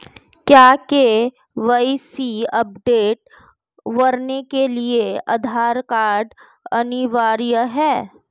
क्या KYC update करने के लिए आधार कार्ड अनिवार्य है?